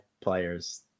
players